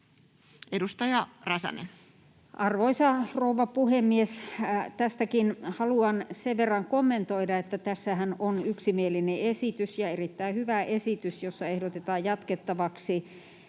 15:15 Content: Arvoisa rouva puhemies! Tästäkin haluan sen verran kommentoida, että tässähän on yksimielinen esitys ja erittäin hyvä esitys, jossa ehdotetaan jatkettavaksi